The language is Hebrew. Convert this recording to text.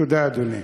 תודה, אדוני.